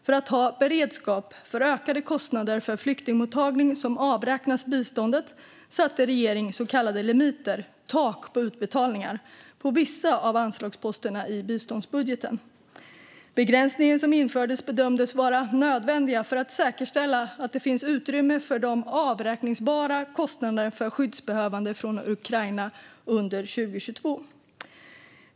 För att ha beredskap för ökade kostnader för flyktingmottagning som avräknas biståndet satte regeringen limiter, tak på utbetalningar, på vissa av anslagsposterna i biståndsbudgeten. Begränsningen som infördes bedömdes vara nödvändig för att säkerställa att det finns ett utrymme för de avräkningsbara kostnaderna för skyddsbehövande från Ukraina under 2022.